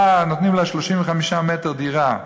באה, נותנים לה 35 מטר דירה,